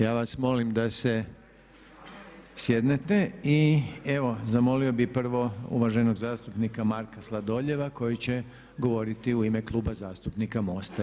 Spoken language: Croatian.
Ja vas molim da se sjednete i evo zamolio bi prvo uvaženog zastupnika Marka Sladoljeva koji će govoriti u ime Kluba zastupnika MOST-a.